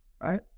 right